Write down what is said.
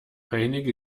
einige